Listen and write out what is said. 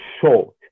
short